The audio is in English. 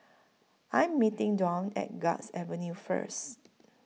I Am meeting Dwane At Guards Avenue First